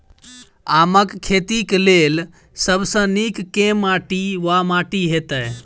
आमक खेती केँ लेल सब सऽ नीक केँ माटि वा माटि हेतै?